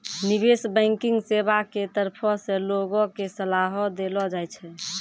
निबेश बैंकिग सेबा के तरफो से लोगो के सलाहो देलो जाय छै